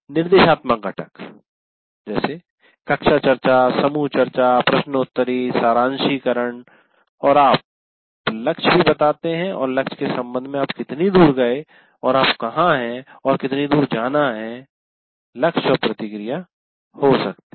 निर्देशात्मक घटक कक्षा चर्चा समूह चर्चा प्रश्नोत्तरी सारांशिकरण और आप लक्ष्य भी बताते हैं और लक्ष्य के संबंध में आप कितनी दूर आए हैं और आप कहां हैं और कितनी दूर जाना है लक्ष्य और प्रतिक्रिया हो सकते हैं